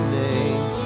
name